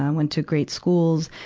um went to great schools,